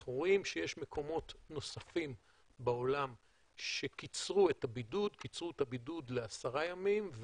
אנחנו רואים שיש מקומות נוספים בעולם שקיצרו את הבידוד לעשרה ימים,